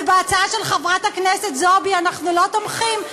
ובהצעה של חברת הכנסת זועבי אנחנו לא תומכים?